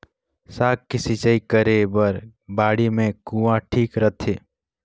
साग के सिंचाई करे बर बाड़ी मे कुआँ ठीक रहथे?